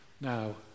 Now